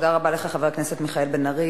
תודה רבה לך, חבר הכנסת מיכאל בן-ארי.